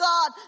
God